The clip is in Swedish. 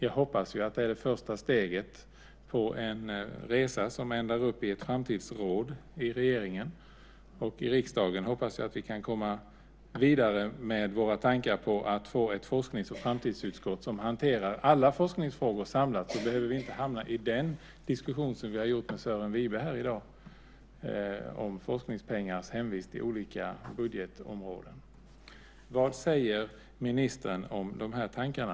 Jag hoppas att det är det första steget på en resa som ändar i ett framtidsråd i regeringen. Jag hoppas att vi i riksdagen kan komma vidare med våra tankar på att få ett forsknings och framtidsutskott som hanterar alla forskningsfrågor samlat. Då behöver vi inte hamna i den diskussion som vi haft med Sören Wibe här i dag om forskningspengars hemvist i olika budgetområden. Vad säger ministern om de här tankarna?